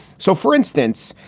so, for instance,